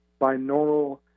binaural